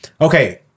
Okay